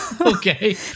Okay